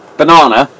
banana